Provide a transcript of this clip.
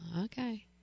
okay